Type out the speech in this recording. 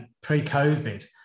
pre-COVID